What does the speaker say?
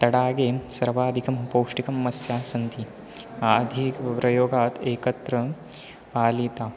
तडागे सर्वादिकं पौष्टिकं मत्स्याः सन्ति अधिकप्रयोगात् एकत्र पालिताः